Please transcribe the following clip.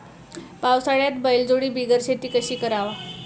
पावसाळ्यात बैलजोडी बिगर शेती कशी कराव?